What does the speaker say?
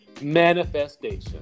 manifestation